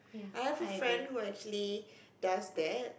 I have a friend who actually does that